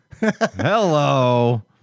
Hello